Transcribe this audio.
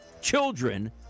children